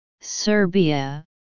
Serbia